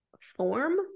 form